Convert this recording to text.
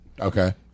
Okay